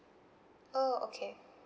oh okay